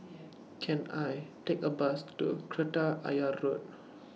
Can I Take A Bus to Kreta Ayer Road